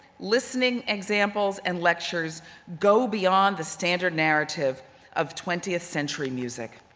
listening examples and lectures go beyond the standard narrative of twentieth century music.